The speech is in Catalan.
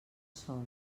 sol